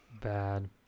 Bad